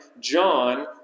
John